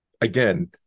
again